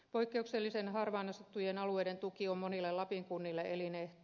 poikkeuksellisen harvaan asuttujen alueiden tuki on monille lapin kunnille elinehto